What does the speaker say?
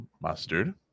Mustard